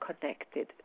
connected